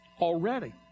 Already